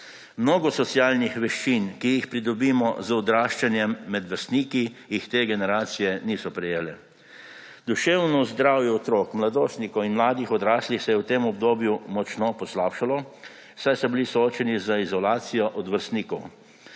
Mnogo socialnih veščin, ki jih pridobimo z odraščanjem med vrstniki, te generacije niso prejele. Duševno zdravje otrok, mladostnikov in mladih odraslih se je v tem obdobju močno poslabšalo, saj so bili soočeni z izolacijo od vrstnikov.